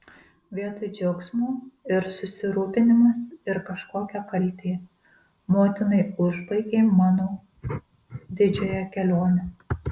vietoj džiaugsmo ir susirūpinimas ir kažkokia kaltė motinai užbaigė mano didžiąją kelionę